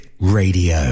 Radio